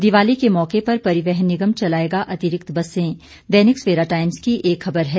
दिवाली के मौके पर परिवहन निगम चलाएगा अतिरिक्त बसें दैनिक सवेरा टाइम्स की एक खबर है